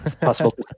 possible